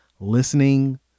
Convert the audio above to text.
listening